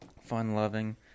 fun-loving